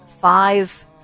five